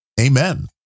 Amen